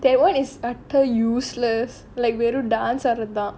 that one is utter useless like வெறும்:verum dance ஆடுறதுதான்:aadurathuthaan